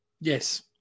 Yes